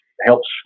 helps